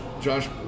Josh